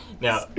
now